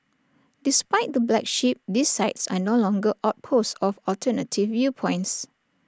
despite the black sheep these sites are no longer outposts of alternative viewpoints